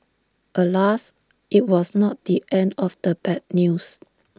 alas IT was not the end of the bad news